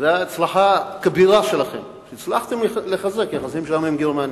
זו הצלחה כבירה שלכם שהצלחתם לחזק את היחסים שלנו עם גרמניה.